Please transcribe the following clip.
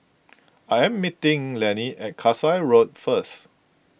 I am meeting Lanny at Kasai Road first